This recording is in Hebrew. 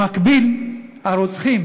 במקביל, הרוצחים